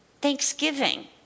Thanksgiving